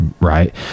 Right